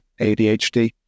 ADHD